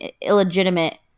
illegitimate –